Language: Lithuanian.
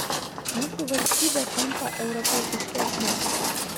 mūsų valstybė tampa europietiškesne